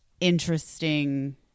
interesting